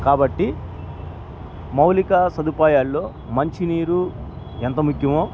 కాబట్టి మౌలిక సదుపాయాల్లో మంచినీరు ఎంత ముఖ్యమో